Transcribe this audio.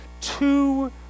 two